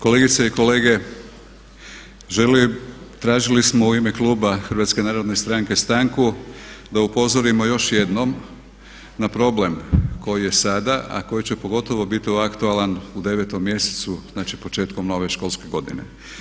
Kolegice i kolege, želim, tražili smo u ime kluba HNS-a stanku da upozorimo još jednom na problem koji je sada a koji će pogotovo biti aktualan u 9. mjesecu, znači početkom nove školske godine.